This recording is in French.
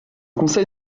conseil